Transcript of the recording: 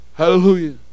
Hallelujah